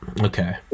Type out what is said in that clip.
okay